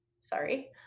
sorry